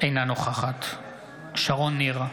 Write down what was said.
אינה נוכחת שרון ניר,